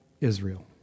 Israel